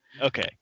okay